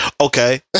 Okay